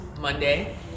Monday